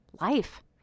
life